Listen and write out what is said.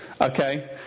Okay